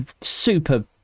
super